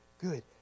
good